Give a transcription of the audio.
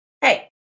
hey